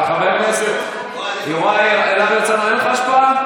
על חבר הכנסת יוראי להב הרצנו אין לך השפעה?